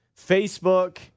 Facebook